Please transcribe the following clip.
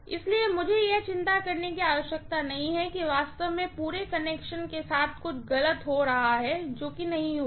इसलिए मुझे यह चिंता करने की आवश्यकता नहीं है कि वास्तव में पूरे कनेक्शन के साथ कुछ गलत हो रहा है जो कि नहीं होगा